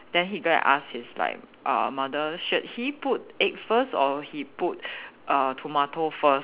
then he go and ask his like uh mother should he put egg first or he put uh tomato first